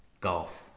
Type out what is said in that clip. Golf